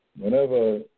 whenever